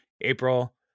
April